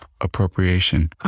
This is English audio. Appropriation